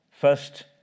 first